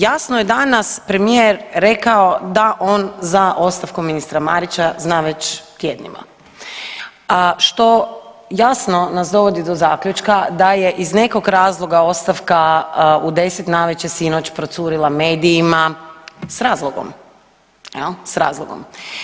Jasno je danas premijer rekao da on za ostavku ministra Marića zna već tjednima, a što jasno nas dovodi do zaključka da je iz nekog razloga ostavka u 10 navečer sinoć procurila medijima s razlogom jel, s razlogom.